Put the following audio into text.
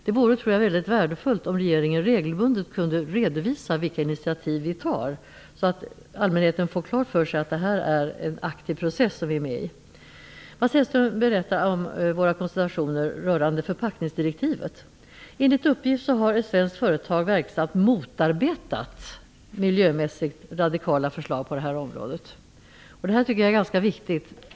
Jag tror att det vore mycket värdefullt om regeringen regelbundet kunde redovisa vilka initiativ man tar så att allmänheten får klart för sig att det är en aktiv process som vi deltar i. Mats Hellström berättar om konsultationer rörande förpackningsdirektiv. Enligt uppgift har ett svenskt företag verksamt motarbetat miljömässigt radikala förslag på det området. Det här tycker jag är ganska viktigt.